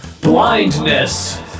Blindness